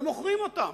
ומוכרים אותן.